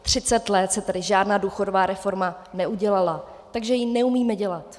Třicet let se tady žádná důchodová reforma neudělala, takže ji neumíme dělat.